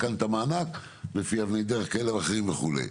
כאן את המענק לפי אבני דרך כאלה ואחרים וכו'.